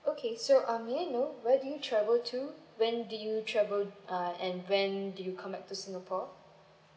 okay so um may I know where do you travel to when did you travel uh and when did you come back to singapore